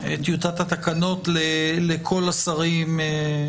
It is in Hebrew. את התנאים שמנויים להפנות לתנאים שמנויים בסעיף 2(א)(1),